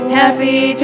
happy